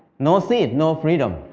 no seed, no freedom.